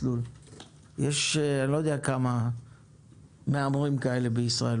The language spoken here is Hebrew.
אני לא יודע כמה מהמרים כאלה יש בישראל,